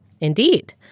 Indeed